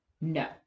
no